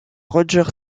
roger